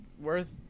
worth